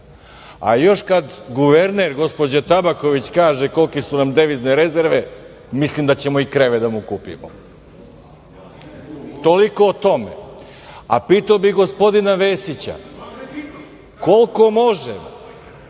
A još kad guverner, gospođa Tabaković, kaže kolike su nam devizne rezerve, mislim da ćemo i krevet da mu kupimo. Toliko o tome. Pitao bih gospodina Vesića koliko može